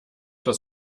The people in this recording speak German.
das